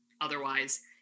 otherwise